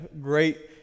great